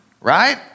right